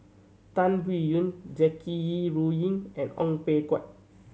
Tan Biyun Jackie Yi Ru Ying and Ong Peng Hock